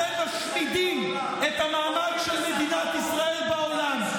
אנחנו, שאתם, אתם מסיתים נגד מדינת ישראל בעולם.